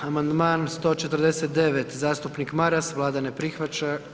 Amandman 149. zastupnik Maras, Vlada ne prihvaća.